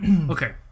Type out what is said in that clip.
Okay